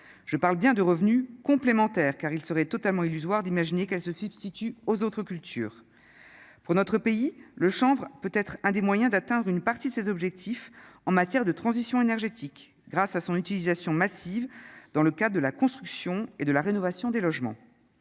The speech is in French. je parle bien de revenus complémentaires car il serait totalement illusoire d'imaginer qu'elles se substituent aux autres cultures pour notre pays, le chanvre, peut être un des moyens d'atteindre une partie de ses objectifs en matière de transition énergétique grâce à son utilisation massive dans le cas de la construction et de la rénovation des logements